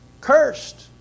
cursed